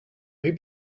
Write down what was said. may